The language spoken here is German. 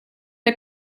der